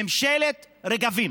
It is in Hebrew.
ממשלת רגבים.